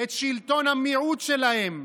את שלטון המיעוט שלהם,